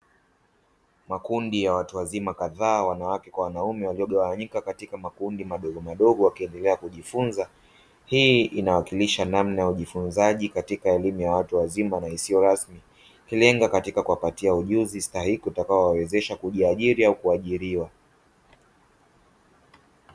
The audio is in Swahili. Makundi ya watu wazima kadhaa wanawake kwa wanaume waliogawanyika katika makundi madogo madogo wakiendelea kujifunza, hii inawakilisha namna ya ujifunzjia ya elimu ya watu wazima isiyo rasmi, ikilenga katika kuwapatia ujuzi stahiki utakao wawezesha kujiajiri au kuajiriwa.